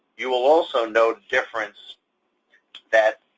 you will also note difference that